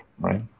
Right